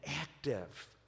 active